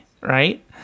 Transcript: right